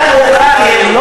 מדינה יהודית ודמוקרטית.